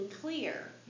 clear